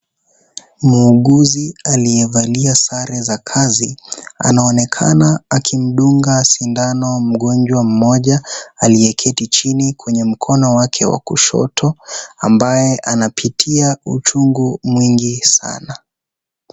Mwuguzi aliyevalia sare za kazi, anaonekana akimdunga sindano mgonjwa mmoja aliyeketi chini kwa mkono wake wa kushoto, ambaye anapitia uchungu mwingi sana.